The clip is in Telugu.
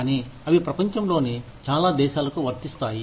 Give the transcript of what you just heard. కానీ అవి ప్రపంచంలోని చాలా దేశాలకు వర్తిస్తాయి